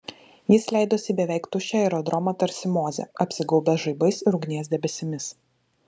jis leidosi į beveik tuščią aerodromą tarsi mozė apsigaubęs žaibais ir ugnies debesimis